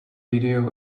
video